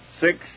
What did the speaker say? Six